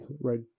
right